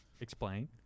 Explain